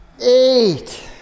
eight